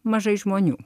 mažai žmonių